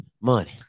money